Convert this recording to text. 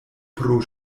pro